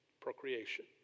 Procreation